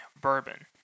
bourbon